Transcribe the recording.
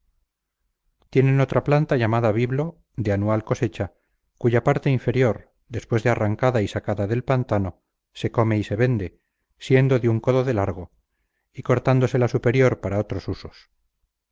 tienen otra planta llamada biblo de anual cosecha cuya parte inferior después de arrancada y sacada del pantano se come y se vende siendo de un codo de largo y cortándose la superior para otros usos